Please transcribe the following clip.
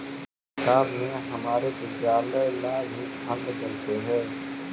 सरकार ने हमारे विद्यालय ला भी फण्ड देलकइ हे